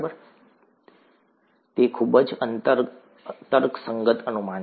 તે છે તે ખૂબ જ તર્કસંગત અનુમાન છે